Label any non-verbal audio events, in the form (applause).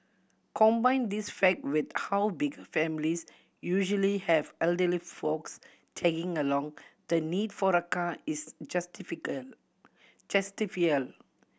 combine this fact with how bigger families usually have elderly folks tagging along the need for a car is (unintelligible)